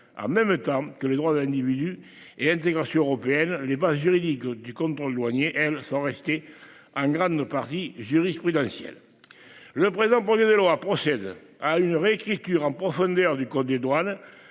en même temps que les droits de l'individu et intégration européenne n'est pas. Du contrôle douanier elles sont restées en grande partie jurisprudentielle. Le président pour de loi procèdent à une réécriture en profondeur du code des douanes.